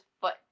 foot